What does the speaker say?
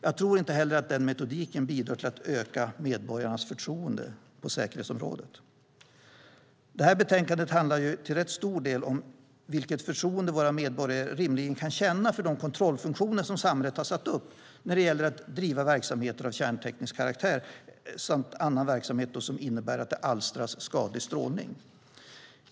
Jag tror inte heller att den metoden bidrar till att öka medborgarnas förtroende på säkerhetsområdet. Det här betänkandet handlar till rätt stor del om vilket förtroende våra medborgare rimligen kan känna för de kontrollfunktioner som samhället har satt upp när det gäller att driva verksamhet av kärnteknisk karaktär samt annan verksamhet som innebär att det alstras skadlig strålning.